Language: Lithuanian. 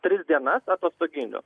tris dienas atostoginių